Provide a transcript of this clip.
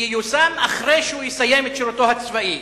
ייושם אחרי שהוא יסיים את שירותו הצבאי.